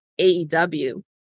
AEW